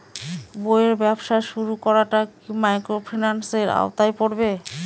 বইয়ের ব্যবসা শুরু করাটা কি মাইক্রোফিন্যান্সের আওতায় পড়বে?